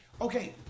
Okay